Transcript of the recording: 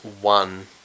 one